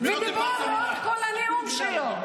דיבר לאורך כל הנאום שלו.